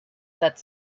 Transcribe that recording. that